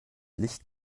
licht